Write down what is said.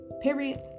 period